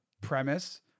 premise